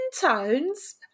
tones